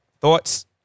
Thoughts